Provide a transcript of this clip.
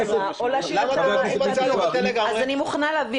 אני מוכנה,